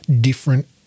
different